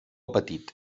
petit